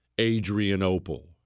Adrianople